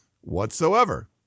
whatsoever